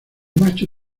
macho